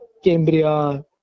Cambria